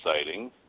exciting